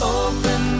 open